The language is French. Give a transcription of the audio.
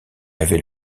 avait